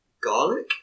garlic